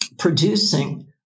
Producing